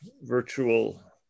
virtual